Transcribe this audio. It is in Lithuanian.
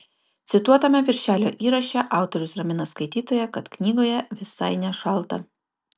cituotame viršelio įraše autorius ramina skaitytoją kad knygoje visai nešalta